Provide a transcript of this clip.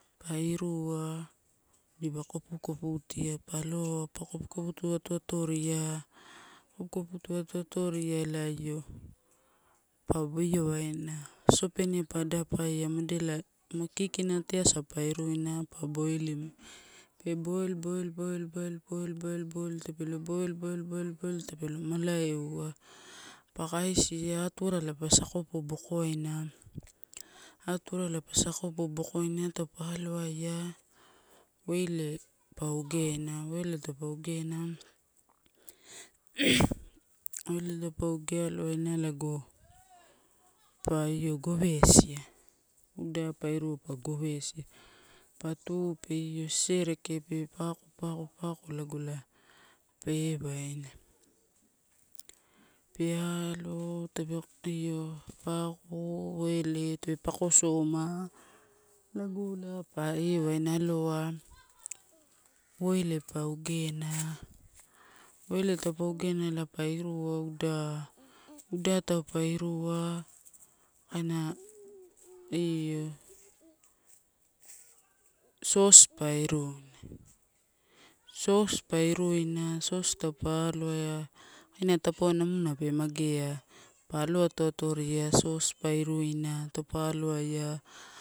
Pa irua dipa kopukoputia pa aloa pa kopukopu atoa atoria, kapukoputu ro atoria elai io pa io waina sosopene pa adapaia modela kikina ateasa pa iruina pa boilimua, pe boi, boil, boil, boil, boil, boil, boil, tape lo tape lo mala euwa pa kaisia atuarala pa sakopo bokoina, atuarala pa sakopo bokoina, taupa aloaia oile pa ogena. Oile taupa ogena oilela pa oge aloaina lago pa gowesia, uda pa irua pa gowesia. Pa tu pe io sesereke pe pako, pako, pako lago elae, pe ewaina, pee alo tape io pako oile tape pako sana, logo ela pa ewaina aloa, oilee pa ogena, oile taupa ogena pa irua udai, uda taua irua kaina io sos pa iruina. Sos taupa aloaina taupauwe namunape magea pa aloatoatoria sos pairuina taupa aloaia.